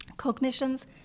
Cognitions